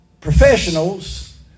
professionals